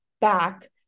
back